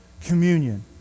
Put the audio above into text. communion